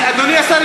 אדוני השר,